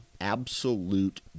absolute